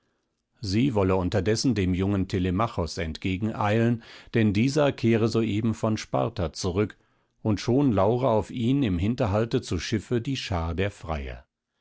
sie wolle unterdessen dem jungen telemachos entgegeneilen denn dieser kehre soeben von sparta zurück und schon laure auf ihn im hinterhalte zu schiffe die schar der freier